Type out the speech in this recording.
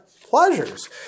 pleasures